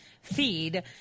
Feed